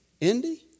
Indy